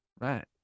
right